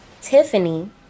Tiffany